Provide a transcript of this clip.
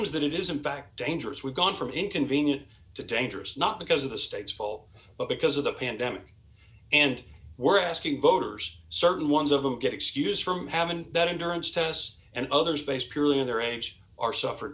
es that it is in fact dangerous we've gone from inconvenient to dangerous not because of the state's poll but because of the pandemic and we're asking voters certain ones of them get excused from heaven that insurance tests and others based purely on their age are suffer